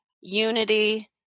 unity